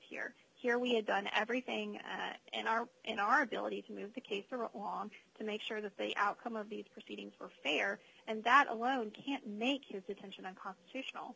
here here we had done everything in our in our ability to move the case for off to make sure that the outcome of the proceedings are fair and that alone can't make his detention unconstitutional